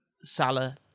Salah